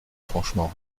franchement